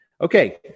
Okay